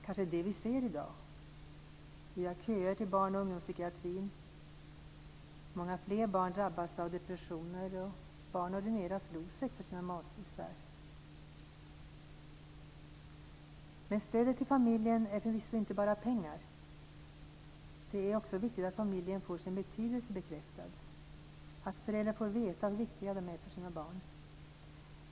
Kanske är det detta vi ser i dag. Vi har köer till barn och ungdomspsykiatrin. Många barn drabbas av depressioner och ordineras Losec för sina magbesvär. Stödet till familjen är förvisso inte bara pengar. Det är också viktigt att familjen får sin betydelse bekräftad, att föräldrar får veta hur viktiga de är för sina barn.